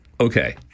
Okay